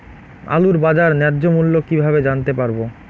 আলুর বাজার ন্যায্য মূল্য কিভাবে জানতে পারবো?